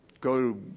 go